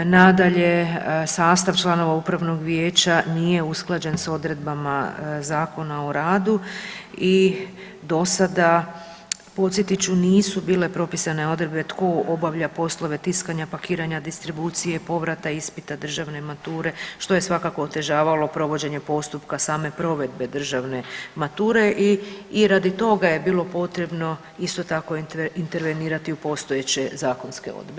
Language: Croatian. Nadalje, sastav članova upravnog vijeća nije usklađen s odredbama Zakona o radu i do sada podsjetit ću nisu bile propisane odredbe tko obavlja poslove tiskanja, pakiranja, distribucije, povrata ispita državne mature što je svakako otežavalo provođenje postupka same provedbe državne mature i radi toga je bilo potrebno isto tako intervenirati u postojeće zakonske odredbe.